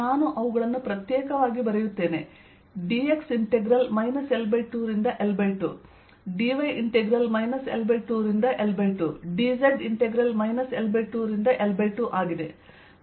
ನಾನು ಅವುಗಳನ್ನು ಪ್ರತ್ಯೇಕವಾಗಿ ಬರೆಯುತ್ತೇನೆ dx ಇಂಟೆಗ್ರಲ್ L2 ರಿಂದ L2 dy ಇಂಟೆಗ್ರಲ್ L2 ರಿಂದ L2 dz ಇಂಟೆಗ್ರಲ್ L2 ರಿಂದ L2ಆಗಿದೆ